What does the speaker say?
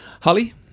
Holly